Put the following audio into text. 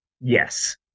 Yes